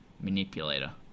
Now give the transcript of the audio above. manipulator